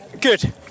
Good